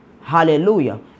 Hallelujah